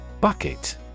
Bucket